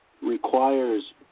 requires